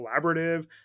collaborative